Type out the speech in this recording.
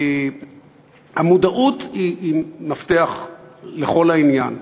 המודעות היא המפתח בכל העניין.